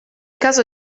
caso